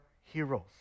heroes